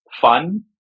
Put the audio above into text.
fun